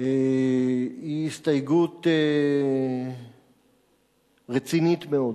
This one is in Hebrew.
היא הסתייגות רצינית מאוד.